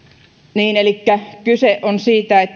elikkä kyse on siitä